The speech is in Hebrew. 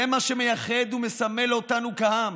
זה מה שמייחד ומסמל אותנו כעם,